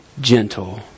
gentle